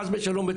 חס ושלום,